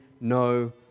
no